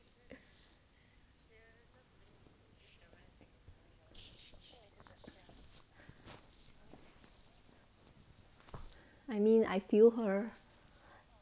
I mean I feel her